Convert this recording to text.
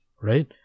right